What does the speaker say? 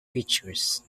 features